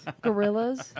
Gorillas